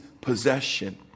possession